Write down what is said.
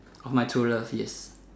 or my true love yes